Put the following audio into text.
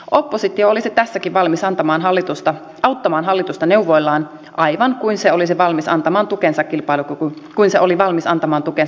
oppositio olisi tässäkin valmis auttamaan hallitusta neuvoillaan aivan kuin se oli valmis antamaan tukensa kilpailu koko kuin se oli valmis antamaan kilpailukykysopimukselle